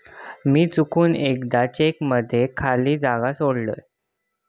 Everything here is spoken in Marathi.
मी चुकून एकदा चेक मध्ये खाली जागा सोडलय